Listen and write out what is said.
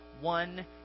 one